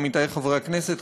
עמיתי חברי הכנסת,